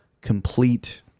complete